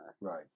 Right